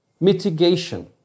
mitigation